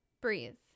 breathe